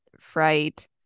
fright